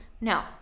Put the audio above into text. No